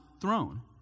throne